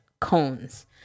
cones